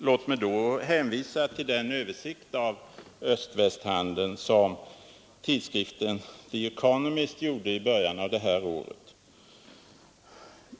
Låt mig då hänvisa till den översikt av öst-västhandeln som tidskriften The Economist gjorde i början av detta år.